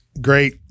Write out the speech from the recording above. great